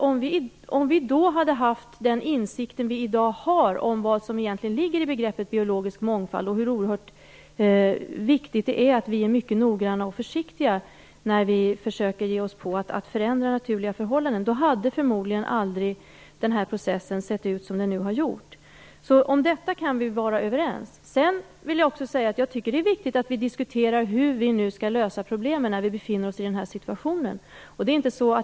Om vi då hade haft den insikt vi i dag har om vad som egentligen ligger i begreppet biologisk mångfald och hur oerhört viktigt det är att vi är noggranna och försiktiga när vi försöker ge oss på att förändra naturliga förhållanden hade processen förmodligen aldrig sett ut som den har gjort. Om detta kan vi vara överens. Jag vill också säga att jag tycker att det är viktigt att vi diskuterar hur vi skall lösa problemen när vi nu befinner oss i denna situation.